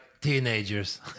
teenagers